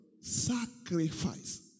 Sacrifice